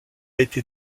été